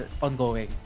ongoing